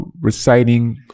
reciting